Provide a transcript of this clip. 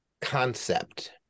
concept